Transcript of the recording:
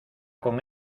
con